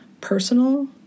personal